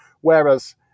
whereas